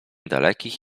dalekich